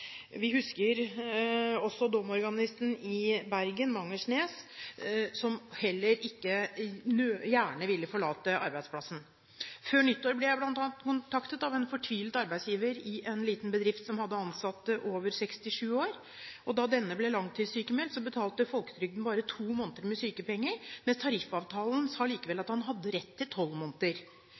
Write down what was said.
Vi husker også domorganisten i Bergen, Mangersnes, som heller ikke gjerne ville forlate arbeidsplassen sin. Før nyttår ble jeg kontaktet av bl.a. en fortvilet arbeidsgiver i en liten bedrift som hadde en ansatt over 67 år. Da denne ble langtidssykmeldt, betalte folketrygden sykepenger for bare to måneder, mens tariffavtalen sa at han hadde rett til sykepenger i tolv måneder. Bedriften satt derfor igjen med en regning for ti måneder